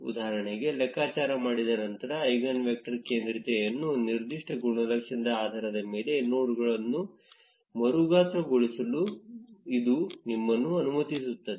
ಉದಾಹರಣೆಗೆ ಲೆಕ್ಕಾಚಾರ ಮಾಡಿದ ನಂತರ ಐಗನ್ ವೆಕ್ಟರ್ ಕೇಂದ್ರೀಯತೆಯನ್ನು ನಿರ್ದಿಷ್ಟ ಗುಣಲಕ್ಷಣದ ಆಧಾರದ ಮೇಲೆ ನೋಡ್ಗಳನ್ನು ಮರುಗಾತ್ರಗೊಳಿಸಲು ಇದು ನಿಮ್ಮನ್ನು ಅನುಮತಿಸುತ್ತದೆ